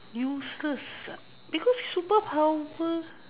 useless ah because superpower